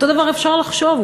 אותו הדבר אפשר לחשוב,